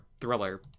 thriller